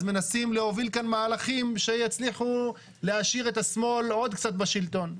אז מנסים להוביל כאן מהלכים שיצליחו להשאיר את השמאל עוד קצת בשלטון.